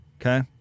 Okay